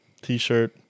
t-shirt